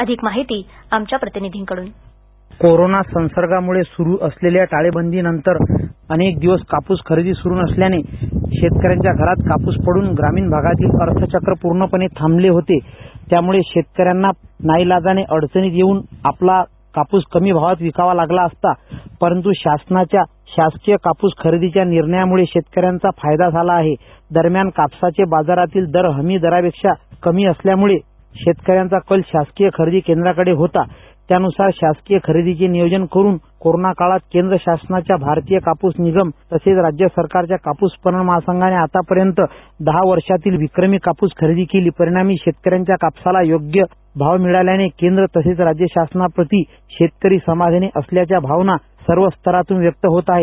अधिक माहिती आमच्या प्रतिनिधीकडून कोरोना संसर्गपार्श्वभूमीवर जाहीर करण्यात आलेल्या टाळेबंदीनंतर अनेक दिवस कापूस खरेदी सुरू नसल्याने शेतकऱ्यांच्या घरात कापूस पडूनग्रामीण भागातील अर्थचक्र पूर्णपणे थांबले होते त्यामुळे शेतकरी पूर्णपणे अडचणीत येऊन त्याला नाईलाजाने कमी भावात आपला शेतमाल विकावा लागला असता परंत् शासनाच्या शासकीय काप्स खरेदीच्या निर्णयामुळे शेतकऱ्यांचा फायदा झाला आहे दरम्यान कापसाचे बाजारातील दर हमी दरापेक्षा कमी असल्यामुळे शेतकऱ्यांचा कल शासकीय खरेदी केंद्राकडे होता त्यानुसार शासकीय खरेदीचे नियोजन करून कोरोना काळात केंद्र शासनाच्या भारतीय कापूस निगमतसेच राज्यसरकारच्या कापूस पणन महासंघाने आतापर्यंत दहावर्षातील विक्रमीकापूस खरेदी केली परिणामी शेतकऱ्यांच्या कापसाला योग्यभाव मिळाल्याने केंद्र तसेच राज्य शासनाला प्रती शेतकरी समाधानी असल्याच्या भावना सर्व स्तरांतून व्यक्त होत आहेत